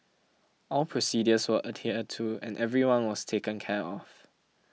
all procedures were adhered to and everyone was taken care of